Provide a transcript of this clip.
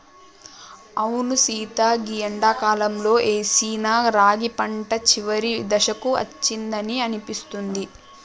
అవును సీత గీ ఎండాకాలంలో ఏసిన రాగి పంట చివరి దశకు అచ్చిందని అనిపిస్తుంది